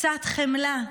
קצת חמלה,